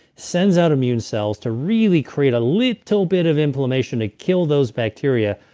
sends out immune cells to really create a little bit of inflammation to kill those bacteria,